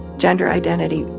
gender identity,